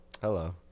Hello